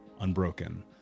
unbroken